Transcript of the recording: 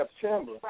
September